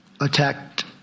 attacked